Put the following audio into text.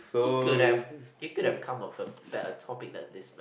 it could have it could have come of the better topics than this man